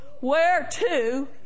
whereto